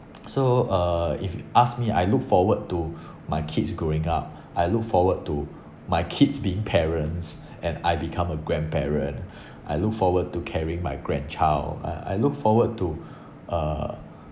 so uh if you ask me I look forward to my kids growing up I look forward to my kids being parents and I become a grandparent I look forward to carrying my grandchild uh I look forward to uh